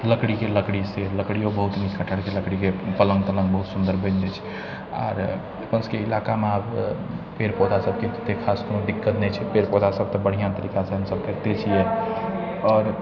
लकड़ीके लकड़ी से लकड़ियो बहुत नीक कटहरके लकड़ीके पलङ्ग तलङ्ग बहुत सुन्दर बनि जाइ छै आर अपन सबके इलाकामे आब पेड़ पौधा सबके कोनो खास दिक्कत नहि छै पेड़ पौधा सब तऽ बढ़िआँ तरीकासँ हमसब करिते छियै आओर